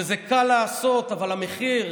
שזה קל לעשות, אבל המחיר,